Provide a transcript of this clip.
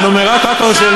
הנומרטור של,